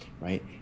right